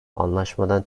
anlaşmadan